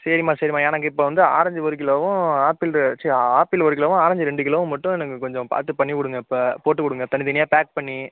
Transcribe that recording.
சரிம்மா சரிம்மா எனக்கு இப்போ வந்து ஆரஞ்சு ஒரு கிலோவும் ஆப்பிளு ஆப்பிள் ஒரு கிலோவும் ஆரஞ்சு ரெண்டு கிலோவும் மட்டும் எனக்கு கொஞ்சம் பார்த்து பண்ணி விடுங்க இப்போ போட்டு கொடுங்க தனித் தனியாக பேக் பண்ணி